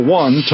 one